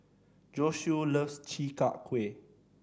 Josue loves Chi Kak Kuih